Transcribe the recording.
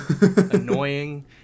annoying